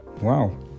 wow